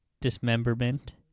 dismemberment